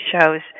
shows